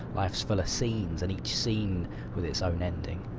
life's full of scenes, and each scene with its own ending.